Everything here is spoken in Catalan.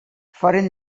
foren